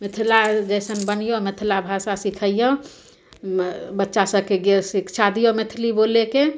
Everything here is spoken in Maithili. मिथिला जइसन बनिऔ मिथिला भाषा सिखैऔ बच्चासभकेँ शिक्षा दिऔ मैथिली बोलैके